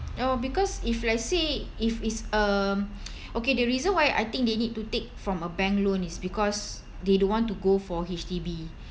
oh because if let's say if it's um okay the reason why I think they need to take from a bank loan is because they don't want to go for H_D_B